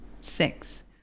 six